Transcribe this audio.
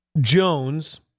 Jones